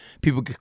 people